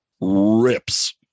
rips